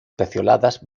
pecioladas